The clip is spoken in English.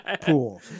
pool